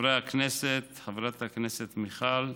חברי הכנסת, חברת הכנסת מיכל רוזין,